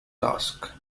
task